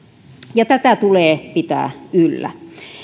ja tätä tulee pitää yllä